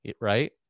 Right